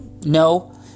No